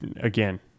Again